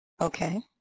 Okay